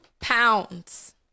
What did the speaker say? pounds